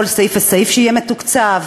כל סעיף וסעיף שיהיה מתוקצב,